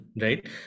right